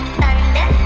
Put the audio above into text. thunder